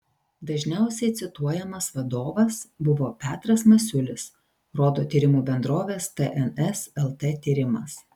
dažniausiai cituojamas vadovas buvo petras masiulis rodo tyrimų bendrovės tns lt tyrimas